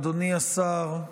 אדוני השר,